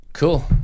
Cool